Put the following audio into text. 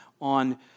on